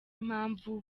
n’impamvu